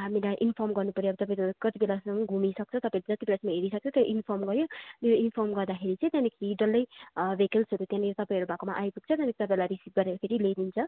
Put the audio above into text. हामीलाई इन्फर्म गर्नु पर्यो अब तपाईँहरू कति बेलासम्म घुमिसक्छ तपाईँले जति बेलासम्म हेरिसक्छ त्यो इन्फर्म गर्यो त्यो इन्फर्म गर्दाखेरि चाहिँ त्यहाँदेखि डल्लै भेकहल्स त्यहाँनिर तपाईँहरू भएकोमा आइपुग्छ त्यहाँदेखि तपाईँलाई रिसिभ गरेर फेरि ल्याइदिन्छ